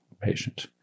patient